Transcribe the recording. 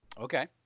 Okay